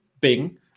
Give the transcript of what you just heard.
Bing